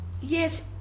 Yes